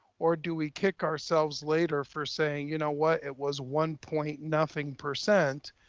or do we kick ourselves later for saying, you know what? it was one point nothing percent.